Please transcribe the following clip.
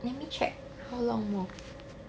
let me check how long more